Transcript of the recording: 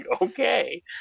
okay